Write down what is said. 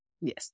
Yes